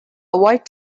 avoid